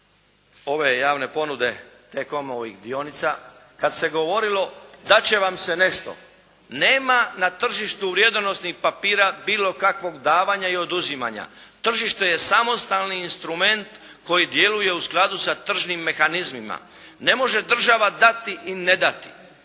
ove javne ponude T-Comovih dionica kad se govorilo: «Dat će vam se nešto.» Nema na tržištu vrijednosnih papira bilo kakvog davanja i oduzimanja. Tržište je samostalni instrument koji djeluje u skladu sa tržnim mehanizmima. Ne može država dati i ne dati.